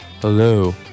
Hello